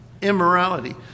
Immorality